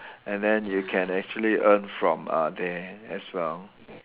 and then you can actually earn form uh there as well